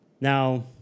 Now